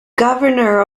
governor